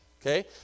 okay